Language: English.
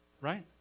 Right